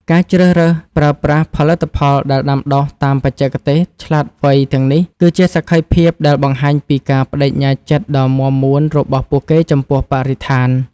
ការជ្រើសរើសប្រើប្រាស់ផលិតផលដែលដាំដុះតាមបច្ចេកទេសឆ្លាតវៃទាំងនេះ គឺជាសក្ខីភាពដែលបង្ហាញពីការប្ដេជ្ញាចិត្តដ៏មាំមួនរបស់ពួកគេចំពោះបរិស្ថាន។